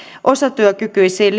osatyökykyisiin